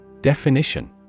Definition